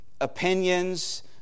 opinions